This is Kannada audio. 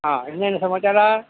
ಹಾಂ ಇನ್ನೇನು ಸಮಾಚಾರ